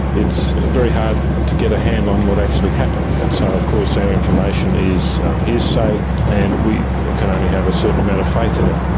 it's very hard to get a handle on what actually happened, and so of course our information is hearsay and we can only have a certain amount of faith in it.